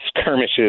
skirmishes